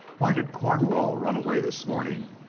why did cornwall run away this morning?